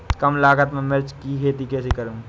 कम लागत में मिर्च की खेती कैसे करूँ?